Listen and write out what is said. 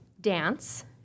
dance